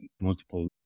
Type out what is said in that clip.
multiple